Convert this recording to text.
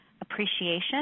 appreciation